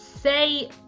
say